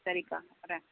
ம் சரிக்கா வரேன்